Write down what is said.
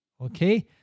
okay